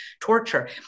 torture